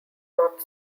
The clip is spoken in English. not